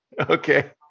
Okay